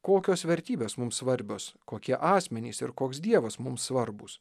kokios vertybės mums svarbios kokie asmenys ir koks dievas mums svarbūs